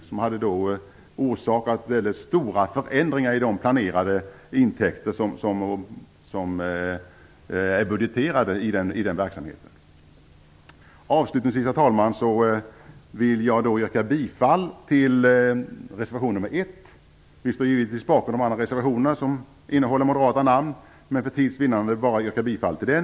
Det hade orsakat väldigt stora förändringar i de intäkter som är budgeterade i den verksamheten. Avslutningsvis, herr talman, vill jag yrka bifall till reservation nr 1. Vi står givetvis bakom andra reservationer som innehåller moderata namn, men för tids vinnande vill jag bara yrka bifall till den.